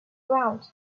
around